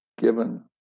given